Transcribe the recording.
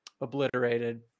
obliterated